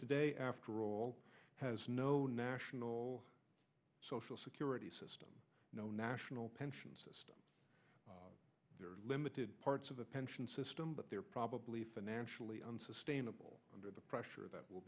today after all has no national social security system no national pension system limited parts of the pension system but they're probably financially unsustainable under the pressure that will